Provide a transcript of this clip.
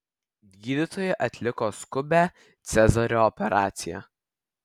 gydytojai atliko skubią cezario operaciją